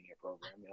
program